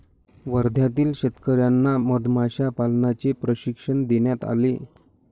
वर्ध्यातील शेतकर्यांना मधमाशा पालनाचे प्रशिक्षण देण्यात आले